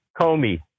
Comey